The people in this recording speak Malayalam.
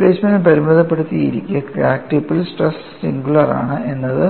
ഡിസ്പ്ലേസ്മെൻറ് പരിമിതപ്പെടുത്തിയിരിക്കെ ക്രാക്ക് ടിപ്പിൽ സ്ട്രെസ് സിംഗുലാർ ആണ് എന്നത്